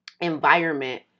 environment